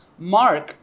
mark